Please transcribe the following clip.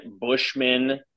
Bushman